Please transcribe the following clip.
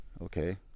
okay